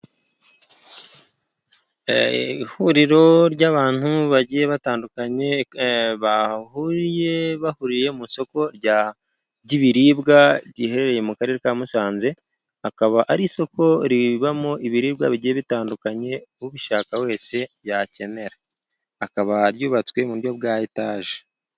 Ihuriro ry'abantu bagiye batandukanye, bahuriye mu isoko ry'ibiribwa riherereye mu karere ka Musanze, akaba ari isoko ribamo ibiribwa bigiye bitandukanye ubishaka wese yakenera. Akaba ryubatswe mu buryo bwa ethane.